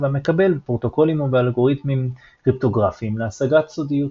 והמקבל בפרוטוקולים ובאלגוריתמים קריפטוגרפיים להשגת סודיות.